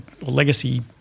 legacy –